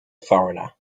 foreigner